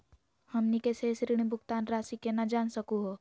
हमनी के शेष ऋण भुगतान रासी केना जान सकू हो?